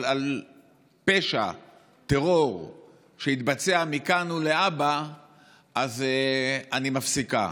אבל על פשע טרור שיתבצע מכאן ולהבא אז אני מפסיקה.